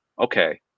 okay